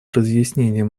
разъяснением